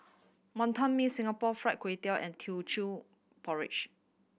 Wonton Mee Singapore Fried Kway Tiao and Teochew Porridge